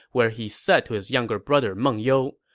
where he said to his younger brother meng you,